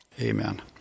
Amen